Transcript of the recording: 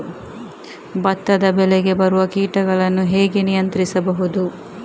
ಭತ್ತದ ಬೆಳೆಗೆ ಬರುವ ಕೀಟಗಳನ್ನು ಹೇಗೆ ನಿಯಂತ್ರಿಸಬಹುದು?